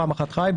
פעם אחת ח"י,